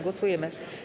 Głosujemy.